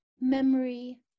memory